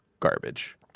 Garbage